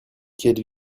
quelle